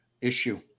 issue